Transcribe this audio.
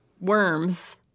worms